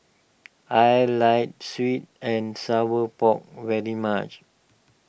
I like Sweet and Sour Pork very much